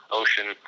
ocean